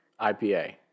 IPA